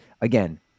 again